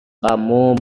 kamu